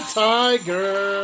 tiger